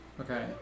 Okay